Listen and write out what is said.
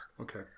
Okay